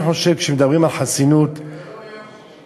אני חושב שכשמדברים על חסינות, וגם לא ביום שישי.